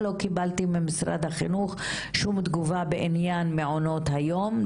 לא קיבלתי ממשרד החינוך שום תגובה בעניין מעונות היום,